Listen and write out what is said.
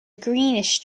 greenish